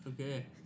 Okay